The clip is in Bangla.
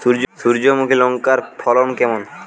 সূর্যমুখী লঙ্কার ফলন কেমন?